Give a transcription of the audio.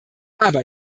aber